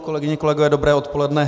Kolegyně, kolegové, dobré odpoledne.